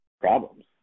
problems